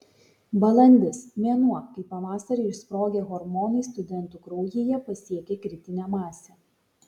balandis mėnuo kai pavasarį išsprogę hormonai studentų kraujyje pasiekia kritinę masę